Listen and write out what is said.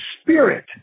Spirit